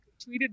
tweeted